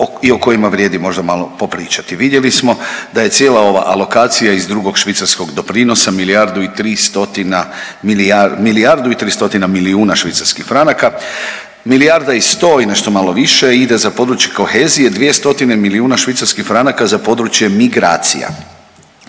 i o kojima vrijedi možda malo popričati. Vidjeli smo da je cijela ova alokacija iz drugog švicarskog doprinosa milijardu i tri stotina milijar…, milijardu i tri stotina milijuna švicarskih franaka, milijarda i 100 i nešto malo više ide za područje kohezije, dvije stotine milijuna švicarskih franaka za područje migracija.